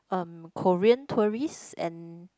um Korean tourists and